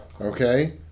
Okay